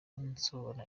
nsohora